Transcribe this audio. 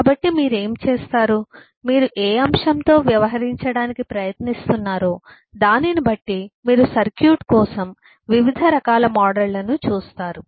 కాబట్టి మీరు ఏమి చేస్తారు మీరు ఏ అంశంతో వ్యవహరించడానికి ప్రయత్నిస్తున్నారో దానిని బట్టి మీరు సర్క్యూట్ కోసం వివిధ రకాల మోడళ్లను చూస్తారు